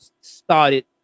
started